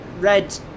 red